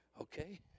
Okay